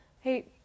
Hey